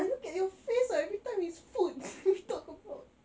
I look at your face I everytime is food you talk about